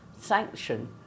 sanction